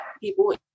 people